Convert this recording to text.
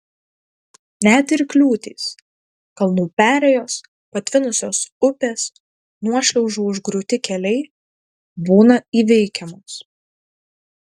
net ir kliūtys kalnų perėjos patvinusios upės nuošliaužų užgriūti keliai būna įveikiamos